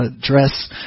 dress